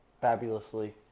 fabulously